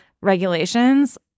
regulations